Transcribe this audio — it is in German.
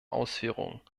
ausführungen